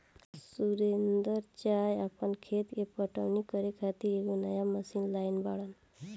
सुरेंदर चा आपन खेत के पटवनी करे खातिर एगो नया मशीन लाइल बाड़न